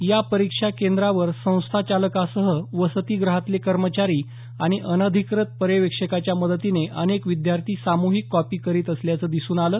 या परीक्षा ें ट्रावर संस्थाचालकांसह वस्तीगृहातले कर्मचारी आणि अनाधिकृत पर्यवेक्षकाच्या मदतीने अनेक विद्यार्थी सामुहिक कॉपी करीत असल्याचं दिसून आलं